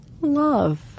love